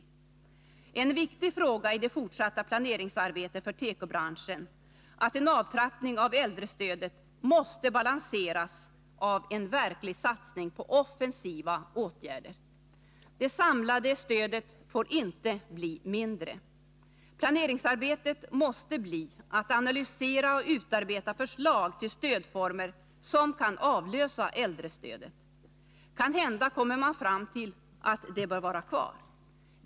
Det är en viktig fråga i det fortsatta planeringsarbetet för tekobranschen att en avtrappning av äldrestödet balanseras med en verklig satsning på offensiva åtgärder. Det samlade stödet får inte bli mindre. Planeringsarbetet måste inriktas på att analysera och utarbeta förslag till stödformer som kan avlösa äldrestödet. Kanhända kommer man fram till att det bör vara kvar.